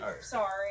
Sorry